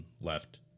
left